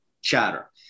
chatter